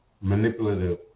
manipulative